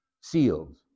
sealed